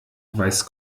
weiß